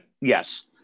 Yes